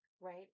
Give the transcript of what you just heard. right